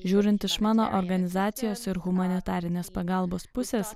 žiūrint iš mano organizacijos ir humanitarinės pagalbos pusės